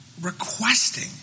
requesting